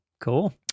Cool